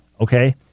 okay